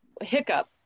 hiccup